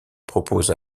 propose